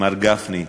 מר גפני,